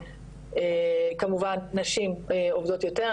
כמובן נשים עובדות יותר,